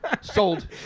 sold